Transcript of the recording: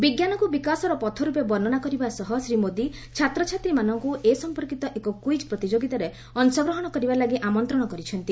ବିଜ୍ଞାନକୁ ବିକାଶର ପଥ ରୂପେ ବର୍ଷନା କରିବା ସହ ଶ୍ରୀ ମୋଦି ଛାତ୍ରଛାତ୍ରୀମାନଙ୍କୁ ଏ ସମ୍ପର୍କିତ ଏକ କ୍ୱିକ୍ ପ୍ରତିଯୋଗିତାରେ ଅଂଶଗ୍ରହଣ କରିବା ଲାଗି ଆମନ୍ତ୍ରଣ କରିଛନ୍ତି